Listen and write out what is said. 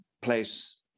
place